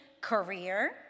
career